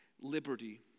liberty